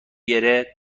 گـره